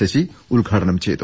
ശശി ഉദ്ഘാടനം ചെയ്തു